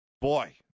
boy